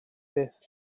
byth